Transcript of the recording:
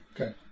Okay